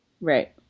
right